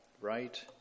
Right